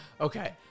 Okay